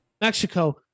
Mexico